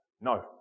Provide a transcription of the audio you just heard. No